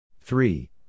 three